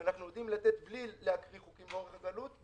שאנחנו יודעים לתת בלי לקרוא הצעות באורך הגלות.